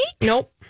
Nope